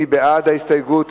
מי בעד ההסתייגות?